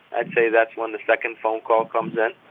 i'd say that's when the second phone call comes in